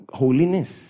holiness